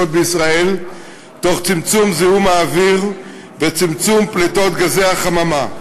בישראל תוך צמצום זיהום האוויר וצמצום פליטות גזי החממה.